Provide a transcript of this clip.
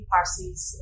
Parsis